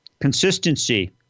Consistency